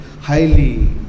highly